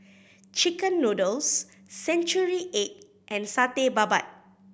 chicken noodles century egg and Satay Babat